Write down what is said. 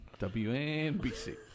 WNBC